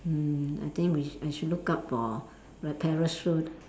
mm I think we sh~ I should look out for the parachute